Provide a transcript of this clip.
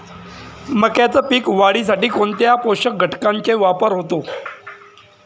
मक्याच्या पीक वाढीसाठी कोणत्या पोषक घटकांचे वापर होतो?